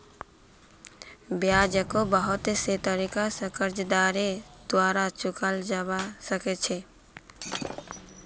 ब्याजको बहुत से तरीका स कर्जदारेर द्वारा चुकाल जबा सक छ